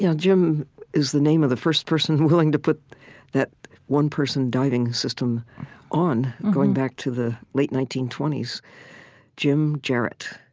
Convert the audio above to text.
you know jim is the name of the first person willing to put that one-person diving system on, going back to the late nineteen twenty s jim jarrett,